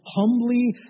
humbly